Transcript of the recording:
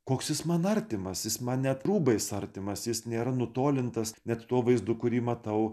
koks jis man artimas jis man net rūbais artimas jis nėra nutolintas net tuo vaizdu kurį matau